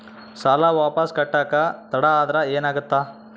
ಸಾಲ ವಾಪಸ್ ಕಟ್ಟಕ ತಡ ಆದ್ರ ಏನಾಗುತ್ತ?